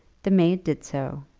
the maid did so,